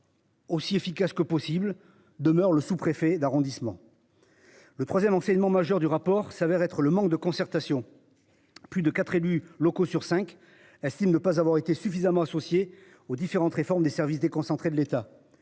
Aussi efficace que possible demeure le sous-préfet d'arrondissement. Le 3ème enseignement majeur du rapport s'avère être le manque de concertation. Plus de 4 élus locaux sur 5 estime ne pas avoir été suffisamment associés aux différentes réformes des services déconcentrés de l'État